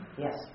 Yes